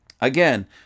again